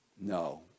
No